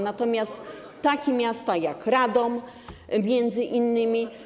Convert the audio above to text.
Natomiast takie miasta jak m.in.